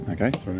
Okay